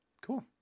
Cool